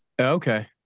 okay